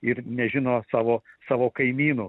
ir nežino savo savo kaimynų